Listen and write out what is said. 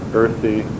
earthy